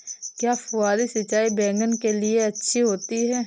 क्या फुहारी सिंचाई बैगन के लिए अच्छी होती है?